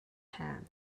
hand